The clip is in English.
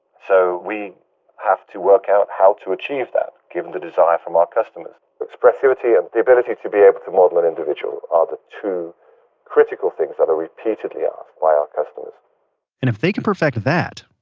so we have to work out how to achieve that given the desire from our customers. expressivity and the ability to be able to model an individual are the two critical things that are repeatedly asked by our customers and if they can perfect that,